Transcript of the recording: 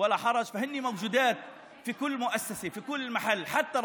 יש גם עקרות בית, שגידלו אותנו.